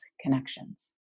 Connections